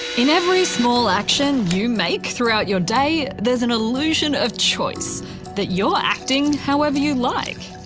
in every small action you make throughout your day, there's an illusion of choice that you're acting however you like.